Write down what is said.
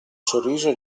sorriso